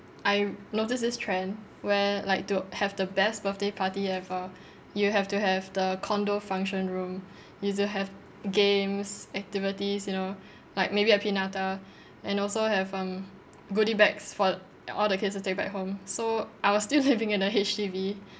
I noticed this trend where like to have the best birthday party ever you have to have the condo function room you've to have games activities you know like maybe a pinata and also have um goodie bags for all the kids to take back home so I was still living in a H_D_B